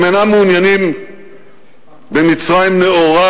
הם אינם מעוניינים במצרים נאורה,